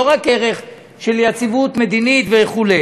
לא רק ערך של יציבות מדינית וכו',